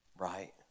right